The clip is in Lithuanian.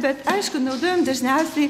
bet aišku naudojam dažniausiai